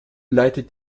leitet